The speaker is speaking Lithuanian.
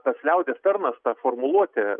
tas liaudies tarnas ta formuluotė